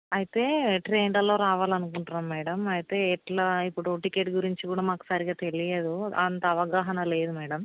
అయితే ట్రైన్లల్లో రావాలనుకుంటున్నాం మ్యాడమ్ అయితే ఎట్లా ఇప్పుడు టిక్కెట్ గురించి కూడా మాకు సరిగా తెలియదు అంత అవగాహన లేదు మ్యాడమ్